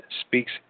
speaks